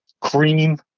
cream